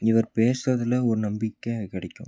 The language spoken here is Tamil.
இவர் பேசுறதுல ஒரு நம்பிக்கை கிடைக்கும்